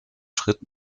schritt